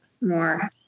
more